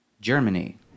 Germany